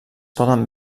poden